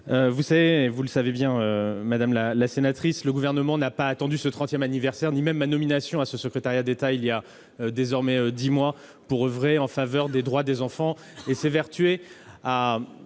Vous le savez bien, madame la sénatrice, le Gouvernement n'a pas attendu ce trentième anniversaire ni même ma nomination à ce secrétariat d'État il y a désormais dix mois, pour oeuvrer en faveur des droits des enfants